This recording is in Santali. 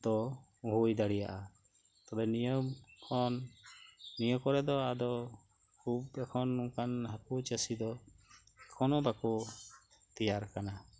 ᱛᱚ ᱦᱩᱭ ᱫᱟᱲᱮᱭᱟᱜᱼᱟ ᱛᱚᱵᱮ ᱱᱤᱭᱟᱹ ᱠᱷᱚᱱ ᱱᱤᱭᱟᱹ ᱠᱚᱨᱮᱫᱚ ᱟᱫᱚ ᱠᱷᱩᱵ ᱮᱠᱷᱚᱱ ᱱᱚᱝᱠᱟᱱ ᱦᱟᱹᱠᱩ ᱪᱟᱹᱥᱤᱫᱚ ᱮᱠᱷᱚᱱᱚ ᱵᱟᱹᱠᱩ ᱛᱮᱭᱟᱨ ᱟᱠᱟᱱᱟ